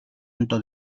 tanto